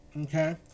Okay